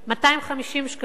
250 שקלים.